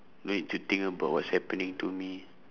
don't need to think about what's happening to me